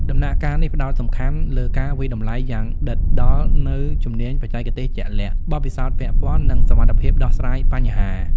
ដំណាក់កាលនេះផ្តោតសំខាន់លើការវាយតម្លៃយ៉ាងដិតដល់នូវជំនាញបច្ចេកទេសជាក់លាក់ បទពិសោធន៍ពាក់ព័ន្ធ និងសមត្ថភាពដោះស្រាយបញ្ហា។